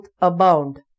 abound